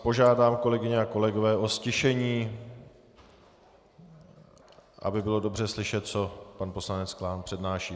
Požádám vás, kolegyně a kolegové, o ztišení, aby bylo dobře slyšet, co pan poslanec Klán přednáší.